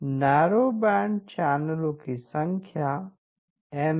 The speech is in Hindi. नैरोबैंड चैनलों की संख्या एम है